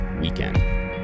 weekend